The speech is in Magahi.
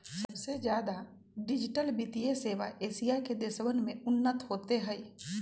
सबसे ज्यादा डिजिटल वित्तीय सेवा एशिया के देशवन में उन्नत होते हई